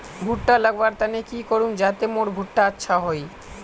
भुट्टा लगवार तने की करूम जाते मोर भुट्टा अच्छा हाई?